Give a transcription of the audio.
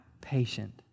patient